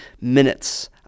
minutes